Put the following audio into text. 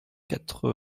quatre